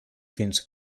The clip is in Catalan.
fins